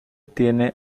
tiene